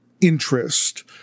interest